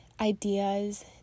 ideas